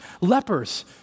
lepers